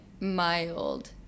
mild